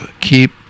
keep